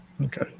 okay